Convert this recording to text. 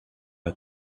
are